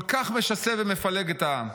כל כך משסה ומפלג את העם.